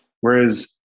Whereas